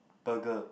burger